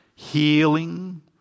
healing